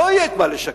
לא יהיה מה לשקם.